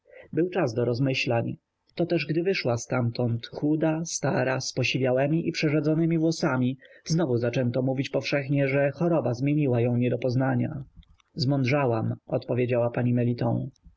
był czas do rozmyślań to też gdy wyszła ztamtąd chuda stara z posiwiałemi i przerzedzonemi włosami znowu zaczęto mówić powszechnie że choroba zmieniła ją do niepoznania zmądrzałam odpowiedziała pani meliton